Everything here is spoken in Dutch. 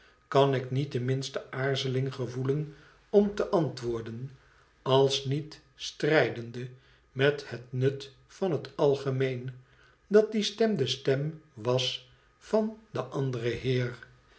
ikan ik niet de minste aarzeling gevoelen om te antwoorden als niet strijdende met het nut van het algemeen dat die stem destem was van iden anderen heer